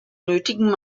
nötigen